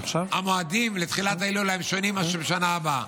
המועדים לתחילת ההילולה הם שונים מבשנה הבאה,